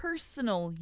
Personal